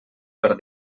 per